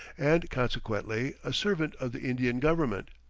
and consequently a servant of the indian government.